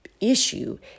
issue